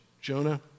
Jonah